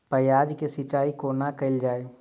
प्याज केँ सिचाई कोना कैल जाए?